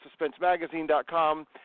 SuspenseMagazine.com